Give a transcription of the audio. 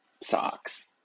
socks